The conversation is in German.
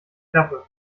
klappe